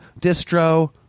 distro